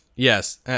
Yes